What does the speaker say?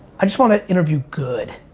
i just want to interview, good.